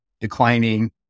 declining